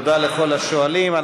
תודה לכל השואלים.